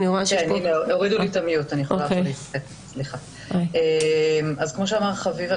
אז כמו שאמר חביב,